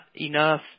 enough